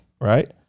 right